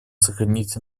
сохранить